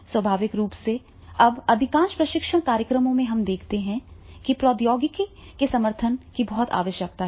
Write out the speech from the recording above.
स्वाभाविक रूप से अब अधिकांश प्रशिक्षण कार्यक्रमों में हम देखते हैं कि प्रौद्योगिकी के समर्थन की बहुत आवश्यकता है